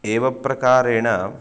एवं प्रकारेण